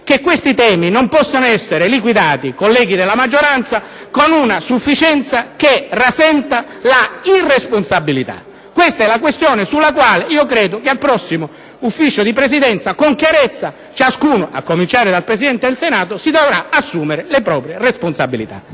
che questi temi non possano essere liquidati, colleghi della maggioranza, con una sufficienza che rasenta l'irresponsabilità. Questa è la questione sulla quale credo che nel prossimo Consiglio di Presidenza ciascuno, a cominciare dal Presidente del Senato, con chiarezza si dovrà assumere le propria responsabilità.